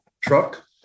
truck